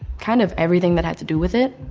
kind of everything that had to do with it.